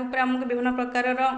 ଉପରେ ଆମକୁ ବିଭିନ୍ନ ପ୍ରକାରର